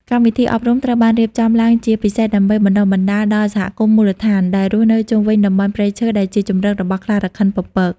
កម្មវិធីអប់រំត្រូវបានរៀបចំឡើងជាពិសេសដើម្បី បណ្ដុះបណ្ដាលដល់សហគមន៍មូលដ្ឋាន ដែលរស់នៅជុំវិញតំបន់ព្រៃឈើដែលជាជម្រករបស់ខ្លារខិនពពក។